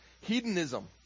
hedonism